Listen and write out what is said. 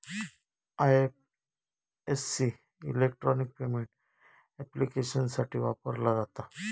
IFSC electronic payment ऍप्लिकेशन्ससाठी वापरला जाता